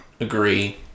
agree